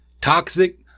Toxic